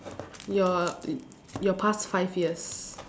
your your past five years